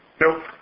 nope